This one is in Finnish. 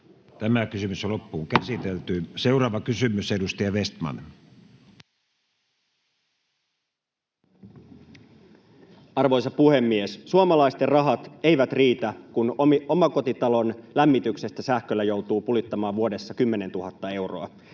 sähkömarkkinoilla (Heikki Vestman kok) Time: 16:23 Content: Arvoisa puhemies! Suomalaisten rahat eivät riitä, kun omakotitalon lämmityksestä sähköllä joutuu pulittamaan vuodessa 10 000 euroa.